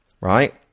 right